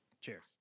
Cheers